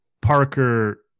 parker